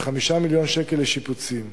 ו-5 מיליון שקלים לשיפוצים.